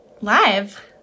live